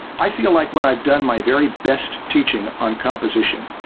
i feel like when i've done my very best teaching on composition,